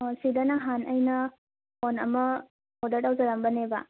ꯁꯤꯗ ꯅꯍꯥꯟ ꯑꯩꯅ ꯐꯣꯟ ꯑꯃ ꯑꯣꯔꯗꯔ ꯇꯩꯖꯔꯝꯕꯅꯦꯕ